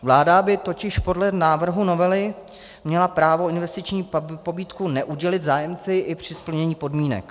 Vláda by totiž podle návrhu novely měla právo investiční pobídku neudělit zájemci i při splnění podmínek.